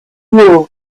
rule